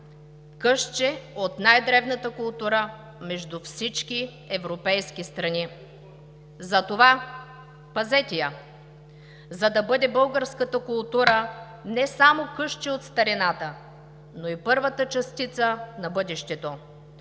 късче от най-древната култура между всички европейски страни. Затова – пазете я! За да бъде българската култура не само късче от старината, но и първата частица на бъдещето.